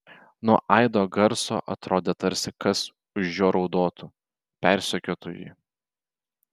nuo aido garso atrodė tarsi kas už jo raudotų persekiotų jį